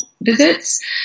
visits